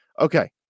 Okay